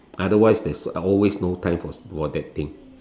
otherwise there's always no time for for that thing